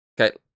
Okay